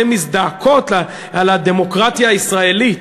הן מזדעקות על הדמוקרטיה הישראלית.